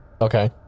okay